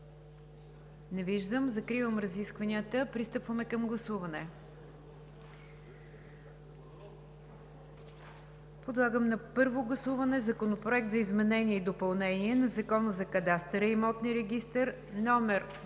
Не виждам. Закривам разискванията. Пристъпваме към гласуване. Подлагам на първо гласуване Законопроект за изменение и допълнение на Закона за кадастъра и имотния регистър, № 902